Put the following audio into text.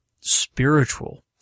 spiritual